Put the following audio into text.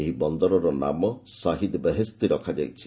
ଏହି ବନ୍ଦରର ନାମ ଶହୀଦ୍ ବେହେସ୍ତି ରଖାଯାଇଛି